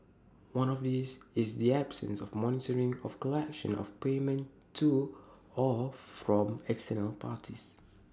one of these is the absence of monitoring of collection of payment to or from external parties